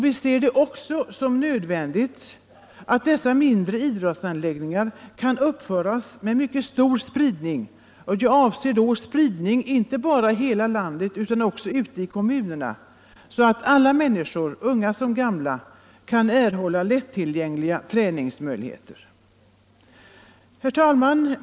Vi ser det också som nödvändigt, att mindre idrottsanläggningar kan uppföras med mycket stor spridning, inte bara i landet i stort utan också i de enskilda kommunerna, så att alla människor, både unga och gamla, kan erhålla lättillgängliga träningsmöjligheter. ; Herr talman!